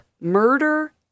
murder